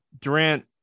Durant